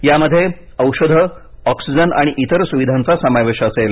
यामध्ये औषधे ऑक्सिजन आणि इतर सुविधांचा समावेश असेल